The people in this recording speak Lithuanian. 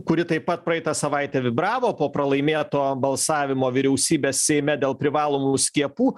kuri taip pat praeitą savaitę vibravo po pralaimėto balsavimo vyriausybės seime dėl privalomų skiepų